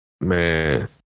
man